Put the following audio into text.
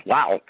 Wow